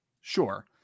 Sure